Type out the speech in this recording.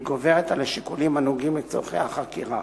והיא גוברת על השיקולים הנוגעים לצורכי החקירה